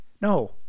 no